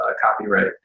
copyright